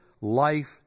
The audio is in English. life